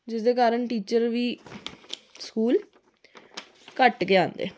एह्दे कारण टीचर बी स्कूल घट्ट गै औंदे